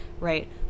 right